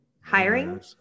hiring